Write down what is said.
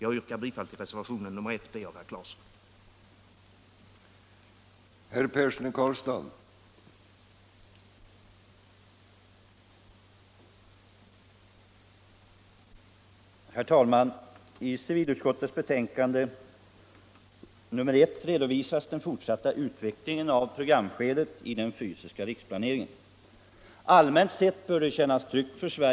Jag yrkar bifall till reservationen I b av herr Claeson vid betänkandet nr 1.